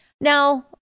Now